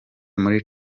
muri